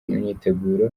imyiteguro